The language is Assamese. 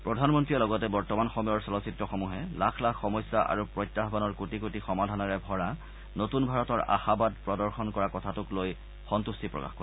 প্ৰধানমন্ত্ৰীয়ে লগতে বৰ্তমান সময়ৰ চলচ্চিত্ৰসমূহে লাখ লাখ সমস্যা আৰু প্ৰত্যাহ্বানৰ কোটি কোটি সমাধানেৰে ভৰা নতুন ভাৰতৰ আশাবাদ প্ৰদৰ্শন কৰা কথাটোক লৈ সম্ভট্টি প্ৰকাশ কৰে